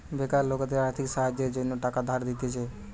বেকার লোকদের আর্থিক সাহায্যের জন্য টাকা ধার দিতেছে